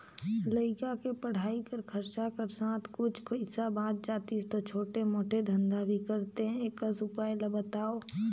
लइका के पढ़ाई कर खरचा कर साथ कुछ पईसा बाच जातिस तो छोटे मोटे धंधा भी करते एकस उपाय ला बताव?